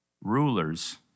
rulers